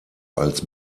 als